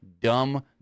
Dumb